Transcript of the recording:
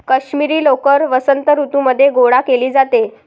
काश्मिरी लोकर वसंत ऋतूमध्ये गोळा केली जाते